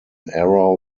error